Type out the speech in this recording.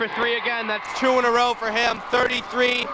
for three again that's true in a row for him thirty three